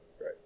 Right